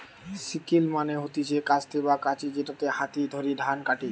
sickle মানে হতিছে কাস্তে বা কাঁচি যেটাতে হাতে করে ধান কাটে